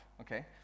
Okay